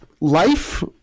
life